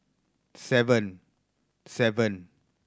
seven seven